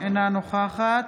אינה נוכחת